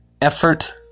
effort